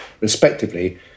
respectively